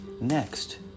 Next